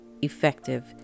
effective